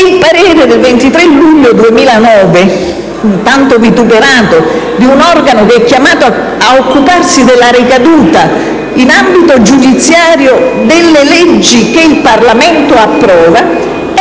il parere del 23 luglio 2009 - tanto vituperato, di organo che è chiamato ad occuparsi della ricaduta in ambito giudiziario delle leggi che il Parlamento approva - era che